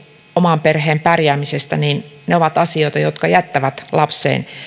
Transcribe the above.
oman perheen pärjäämisestä ovat asioita jotka jättävät lapseen